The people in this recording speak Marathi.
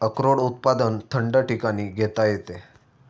अक्रोड उत्पादन थंड ठिकाणी घेता येते